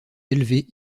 élevées